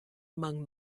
among